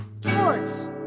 sports